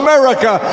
america